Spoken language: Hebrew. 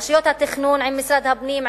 רשויות התכנון עם משרד הפנים,